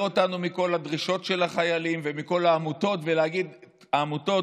אותנו מכל הדרישות של החיילים ומכל העמותות ולהגיד: העמותות,